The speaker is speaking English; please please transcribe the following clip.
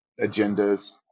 agendas